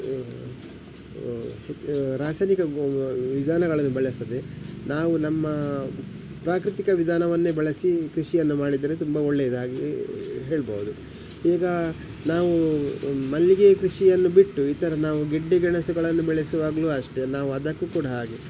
ರಾಸಾಯನಿಕ ವಿಧಾನಗಳನ್ನು ಬಳಸದೆ ನಾವು ನಮ್ಮ ಪ್ರಾಕೃತಿಕ ವಿಧಾನವನ್ನೆ ಬಳಸಿ ಕೃಷಿಯನ್ನು ಮಾಡಿದರೆ ತುಂಬ ಒಳ್ಳೆಯದು ಹಾಗೆ ಹೇಳ್ಬೋದು ಈಗ ನಾವೂ ಮಲ್ಲಿಗೆಯ ಕೃಷಿಯನ್ನು ಬಿಟ್ಟು ಇತರ ನಾವು ಗೆಡ್ಡೆ ಗೆಣಸುಗಳನ್ನು ಬೆಳೆಸುವಾಗಲೂ ಅಷ್ಟೆ ನಾವು ಅದಕ್ಕೂ ಕೂಡ ಹಾಗೆ